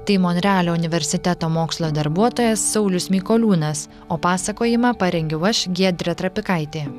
tai monrealio universiteto mokslo darbuotojas saulius mikoliūnas o pasakojimą parengiau aš giedrė trapikaitė